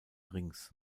rings